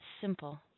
simple